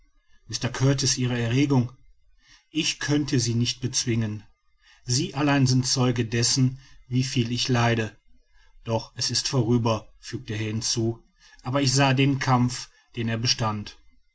mr kurtis ihre erregung ich könnte sie nicht bezwingen sie allein sind zeuge dessen wie viel ich leide doch es ist vorüber fügte er hinzu aber ich sah den kampf den er bestand